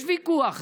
יש ויכוח,